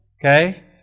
Okay